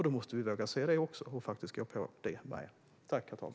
Då måste vi våga se det och faktiskt gå på det också.